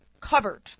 covered